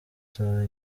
tuzaba